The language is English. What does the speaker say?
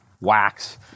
wax